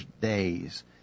days